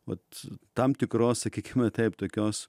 vat tam tikros sakykime taip tokios